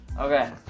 Okay